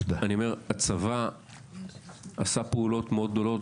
הצבא עשה פעולות מאוד גדולות,